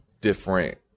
different